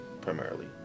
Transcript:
primarily